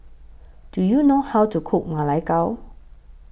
Do YOU know How to Cook Ma Lai Gao